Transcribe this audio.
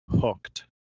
hooked